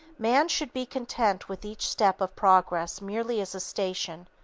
man should be content with each step of progress merely as a station,